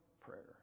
prayer